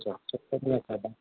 हुन्छ